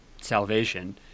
salvation